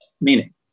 meaning